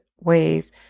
ways